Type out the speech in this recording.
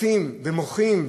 יוצאים ומוחים,